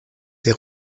des